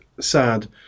sad